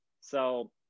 So-